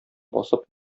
басып